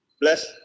Bless